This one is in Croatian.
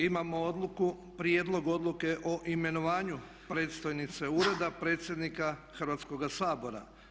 Imamo prijedlog Odluke o imenovanju predstojnice Ureda predsjednika Hrvatskoga sabora.